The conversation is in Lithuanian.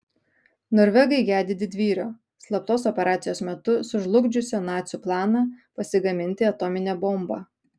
norvegai gedi didvyrio slaptos operacijos metu sužlugdžiusio nacių planą pasigaminti atominę bombą